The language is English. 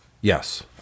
Yes